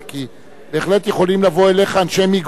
כי בהחלט יכולים לבוא אליך אנשי מגרון,